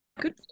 good